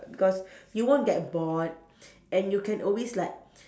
because you won't get bored and you can always like